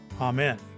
Amen